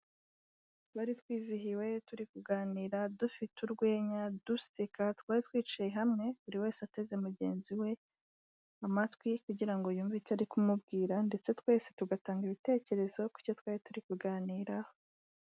Twari twizihiwe, turi kuganira, dufite urwenya, duseka, twari twicaye hamwe, buri wese ateze mugenzi we amatwi kugira ngo yumve icyo ari kumubwira ndetse twese tugatanga ibitekerezo ku cyo twari turi kuganiraho.